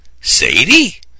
Sadie